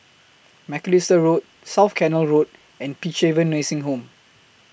Macalister Road South Canal Road and Peacehaven Nursing Home